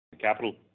capital